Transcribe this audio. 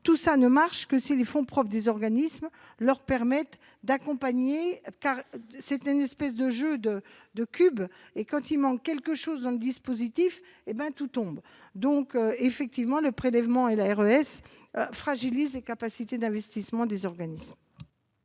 Tout cela ne fonctionne que si les fonds propres des organismes permettent à ceux-ci d'agir. C'est une espèce de jeu de cubes : quand il manque quelque chose dans le dispositif, tout s'écroule. Donc, effectivement, le prélèvement et la RLS fragilisent les capacités d'investissement des organismes.